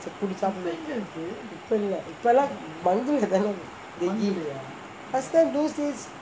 இப்பே இல்லே இப்பெல்லாம்:ippae illae ippalaam mangu இல்லே தெரிமா:illae terimaa last time those days